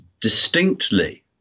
distinctly